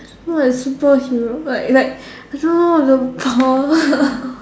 not a superhero like like I don't know the power